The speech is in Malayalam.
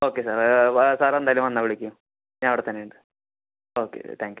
ഓക്കെ സാർ സാറെന്തായാലും വന്നാൽ വിളിക്ക് ഞാൻ ഇവിടെത്തന്നെയുണ്ട് ഓക്കെ താങ്ക് യൂ